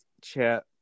chat